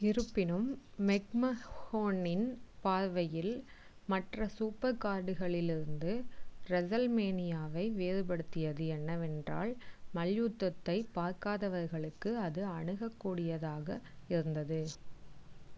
இருப்பினும் மெக்மஹோனின் பார்வையில் மற்ற சூப்பர் கார்டுகளிலிருந்து ரெஸல்மேனியாவை வேறுபடுத்தியது என்னவென்றால் மல்யுத்தத்தை பார்க்காதவர்களுக்கு அது அணுகக்கூடியதாக இருந்தது